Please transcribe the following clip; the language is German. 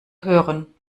hören